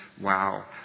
wow